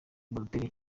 balotelli